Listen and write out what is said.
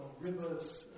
rivers